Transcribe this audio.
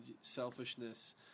selfishness